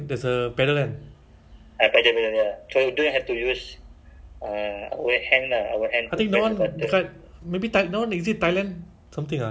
ah the ah the dekat mana eh ah this place ah that time I went interview tanjong pagar go it's called what guoco tower ah